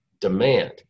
demand